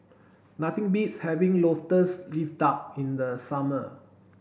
nothing beats having lotus leaf duck in the summer